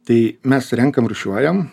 tai mes renkam rūšiuojam